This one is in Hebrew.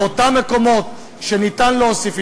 באותם מקומות שאפשר להוסיף,